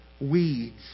weeds